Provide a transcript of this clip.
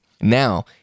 Now